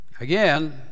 Again